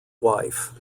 wife